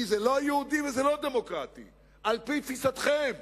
כי זה לא יהודי ולא דמוקרטי על-פי תפיסתכם.